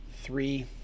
three